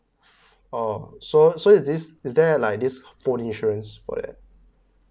orh so so is this is there uh like this phone insurance for that